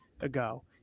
ago